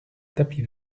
tapis